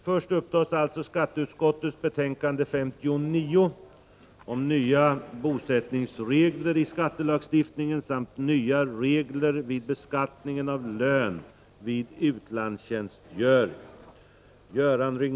Först upptas alltså skatteutskottets betänkande 59 om nya bosättningsregler i skattelagstiftningen samt nya regler vid beskattningen av lön vid utlandstjänstgöring.